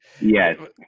yes